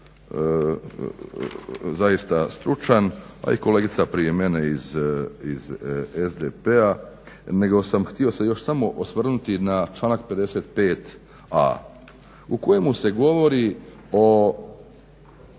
zaista stručan, a i kolegica prije mene iz SDP-a. Nego sam htio se još samo osvrnuti na članak 55a. o kojemu se govori o